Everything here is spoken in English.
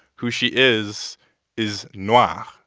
who she is is noir.